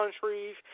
countries